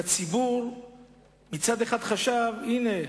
והציבור מצד אחד חשב: הנה,